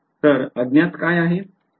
तर अज्ञात काय आहेत